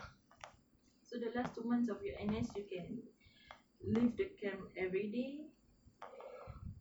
so the last two months of your N_S you can leave the camp everyday